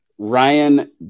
Ryan